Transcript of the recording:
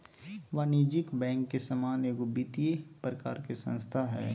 वाणिज्यिक बैंक के समान एगो वित्तिय प्रकार के संस्था हइ